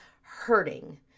hurting